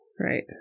Right